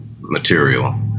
material